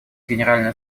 генеральной